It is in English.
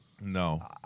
No